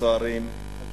הסוהרים והגמלאים.